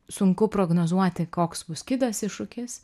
sunku prognozuoti koks bus kitas iššūkis